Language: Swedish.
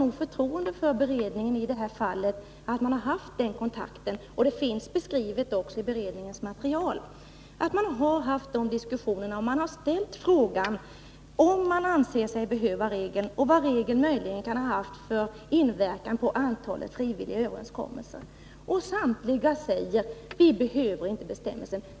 I beredningens material redogörs för de diskussioner som har förts. Man har ställt frågan om bestämmelserna behövs och vilken inverkan de kan ha haft på antalet frivilliga överenskommelser. Samtliga säger: Vi behöver inte bestämmelserna.